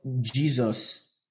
Jesus